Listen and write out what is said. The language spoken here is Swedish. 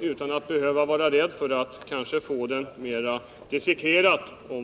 utan tanke på att man skulle försöka utrannsaka vad den egentligen innebär.